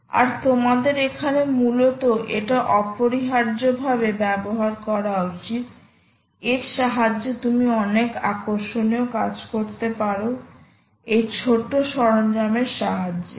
আর তোমাদের এখানে মূলত এটা অপরিহার্যভাবে ব্যবহার করা উচিত এর সাহায্যে তুমি অনেক আকর্ষণীয় কাজ করতে পারো এই ছোট্ট সরঞ্জাম এর সাহায্যে